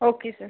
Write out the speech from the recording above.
okay sir